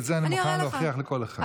את זה אני מוכן להוכיח לכל אחד.